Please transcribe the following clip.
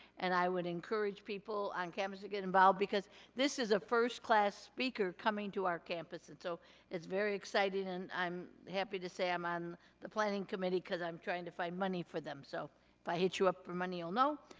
and i would encourage people on campus to get involved, because this is a first class speaker coming to our campus. and so it's very exciting, and i'm happy to say i'm on the planning committee, because i'm trying to find money for them. so if i hit you up for money, you'll know.